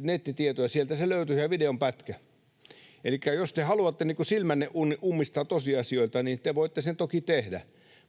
nettitietoja, sieltä se löytyy se videonpätkä. Elikkä jos te haluatte silmänne ummistaa tosiasioilta, niin te voitte sen toki tehdä,